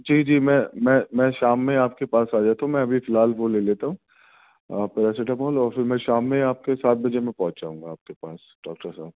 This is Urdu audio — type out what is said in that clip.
جی جی میں میں میں شام میں آپ کے پاس آ جاتا ہوں میں ابھی فی الحال وہ لے لیتا ہوں پیراسیٹامال اور پھر میں شام میں آپ کے سات بجے میں پہنچ جاؤں گا آپ کے پاس ڈاکٹر صاحب